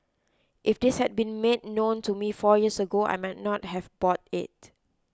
if this had been made known to me four years ago I might not have bought it